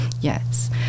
yes